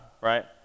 right